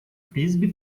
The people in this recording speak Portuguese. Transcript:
frisbee